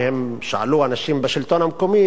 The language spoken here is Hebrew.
הם שאלו אנשים בשלטון המקומי,